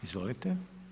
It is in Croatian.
Izvolite.